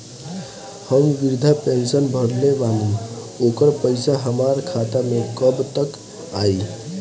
हम विर्धा पैंसैन भरले बानी ओकर पईसा हमार खाता मे कब तक आई?